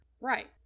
Right